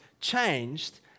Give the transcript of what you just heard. changed